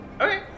Okay